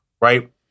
right